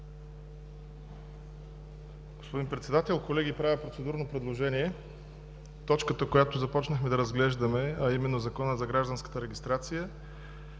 Господин Председател, колеги! Правя процедурно предложение точката, която започнахме да разглеждаме, а именно Законът за гражданската регистрация,